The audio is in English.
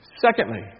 Secondly